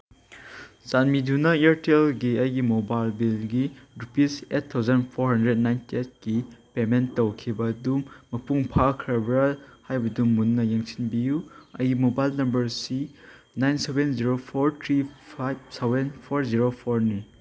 ꯆꯥꯟꯕꯤꯗꯨꯅ ꯏꯌꯔꯇꯦꯜꯒꯤ ꯑꯩꯒꯤ ꯃꯣꯕꯥꯏꯜ ꯕꯤꯜꯒꯤ rupees eight thousand four hundred ninety ꯑꯥꯏꯠꯀꯤ ꯄꯦꯃꯦꯟ ꯇꯧꯈꯤꯕꯗꯨ ꯃꯄꯨꯡ ꯐꯥꯈ꯭ꯔꯕ꯭ꯔ ꯍꯥꯏꯕꯗꯨ ꯃꯨꯟꯅ ꯌꯦꯡꯁꯤꯟꯕꯤꯌꯨ ꯑꯩ ꯃꯣꯕꯥꯏꯜ ꯅꯝꯕꯔ ꯁꯤ nine seven zero four three five seven four zero ꯐꯣꯔꯅꯤ